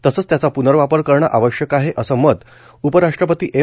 तसंच त्याचा पूनर्वापर करणे आवश्यक आहे असं मत उपराष्ट्रपती एम